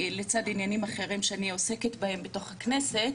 לצד עניינים אחרים שאני עוסקת בהם בתוך הכנסת